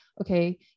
okay